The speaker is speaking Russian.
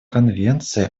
конвенции